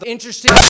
Interesting